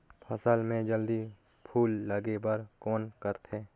फसल मे जल्दी फूल लगे बर कौन करथे?